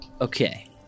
Okay